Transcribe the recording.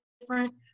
different